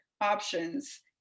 options